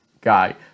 guy